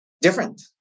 Different